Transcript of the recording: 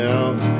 else